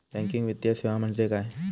Banking वित्तीय सेवा म्हणजे काय?